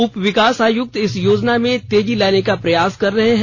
उप विकास आयुक्त इस योजना में तेजी लाने का प्रयास कर रहे हैं